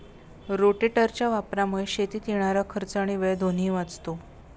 रोटेटरच्या वापरामुळे शेतीत येणारा खर्च आणि वेळ दोन्ही वाचतो